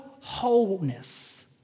wholeness